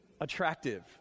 attractive